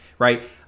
Right